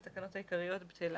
לתקנות העיקריות בטלה.